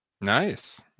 Nice